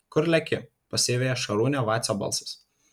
kur leki pasiveja šarūnę vacio balsas